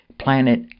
planet